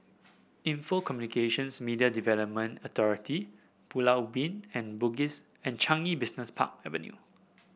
Info Communications Media Development Authority Pulau Ubin and Changi Business Park Avenue